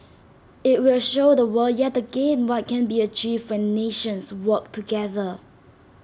IT will show the world yet again what can be achieved when nations work together